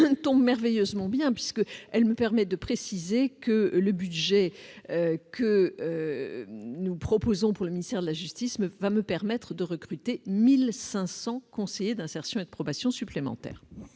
tombe à merveille, puisqu'elle me permet de préciser que le budget que nous proposons pour le ministère de la justice nous permettra de recruter 1 500 conseillers d'insertion et de probation supplémentaires.